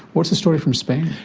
what's the story from spain?